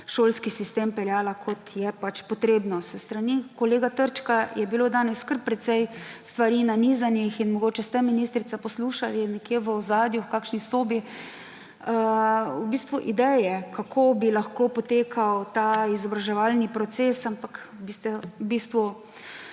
šolski sistem peljala kot je potrebno. S strani kolega Trčka je bilo danes kar precej stvari nanizanih in mogoče ste, ministrica, poslušali nekje v ozadju v kakšni sobi ideje, kako bi lahko potekal ta izobraževalni proces. Ampak v bistvu